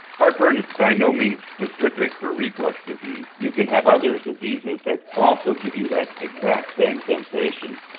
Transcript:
heartburn is by no means specific for reflux disease. you can have other diseases that also give you that exact same sensation,